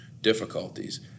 difficulties